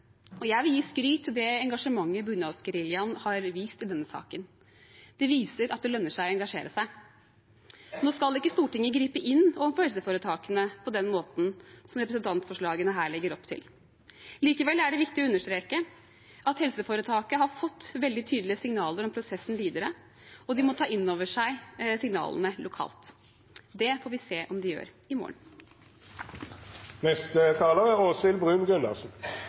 og jeg vil gi skryt til det engasjementet bunadsgeriljaen har vist i denne saken. Det viser at det lønner seg å engasjere seg. Nå skal ikke Stortinget gripe inn overfor helseforetakene på den måten som representantforslagene her legger opp til. Likevel er det viktig å understreke at helseforetaket har fått veldig tydelige signaler om prosessen videre, og de må ta inn over seg signalene lokalt. Det får vi se om de gjør, i